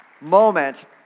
moment